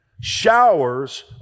showers